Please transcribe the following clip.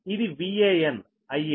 ఇది VAn IA